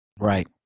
Right